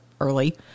early